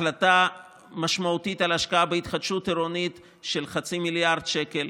החלטה משמעותית על ההשקעה בהתחדשות עירונית של חצי מיליארד שקל,